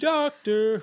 Doctor